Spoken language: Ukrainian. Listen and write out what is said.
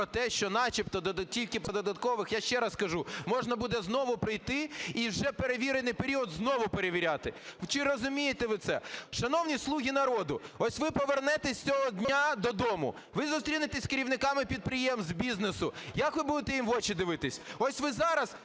про те, що начебто тільки по додаткових. Я ще раз кажу, можна буде знову прийти і вже перевірений період знову перевіряти. Чи розумієте ви це? Шановні "слуги народу", ось ви повернетесь цього дня додому, ви зустрінетесь з керівниками підприємств, бізнесу. Як ви будете їм в очі дивитись? Ось ви зараз…